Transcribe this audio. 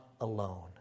alone